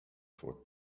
for